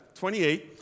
28